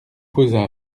posa